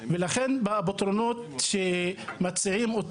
ולכן בפתרונות שמציעים,